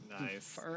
Nice